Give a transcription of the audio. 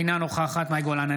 אינה נוכחת מאי גולן,